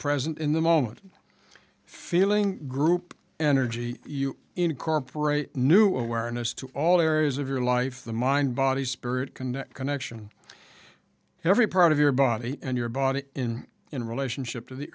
present in the moment feeling group energy you incorporate new awareness to all areas of your life the mind body spirit connect connection every part of your body and your body in in relationship to the